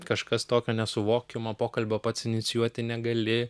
kažkas tokio nesuvokiamo pokalbio pats inicijuoti negali